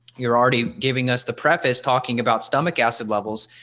you're already giving us the preface talking about stomach acid levels.